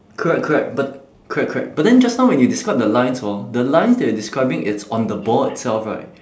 correct correct but correct correct but then just now when you describe the lines hor the lines that you describing it's on the ball itself right